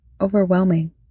overwhelming